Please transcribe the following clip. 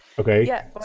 Okay